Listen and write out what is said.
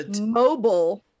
Mobile